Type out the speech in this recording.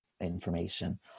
information